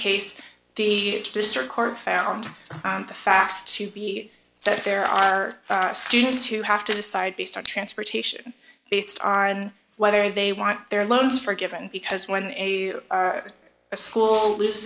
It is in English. case the district court found the facts to be that there are students who have to decide based are transportation based on whether they want their loans forgiven because when a school loses